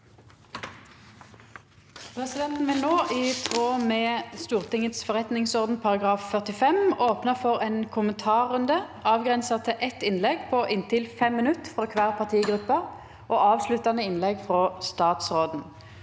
Presidenten vil no, i tråd med Stortingets forretningsorden § 45, opna for ein kommentarrunde, avgrensa til eitt innlegg på inntil 5 minutt frå kvar partigruppe og avsluttande innlegg frå statsråden.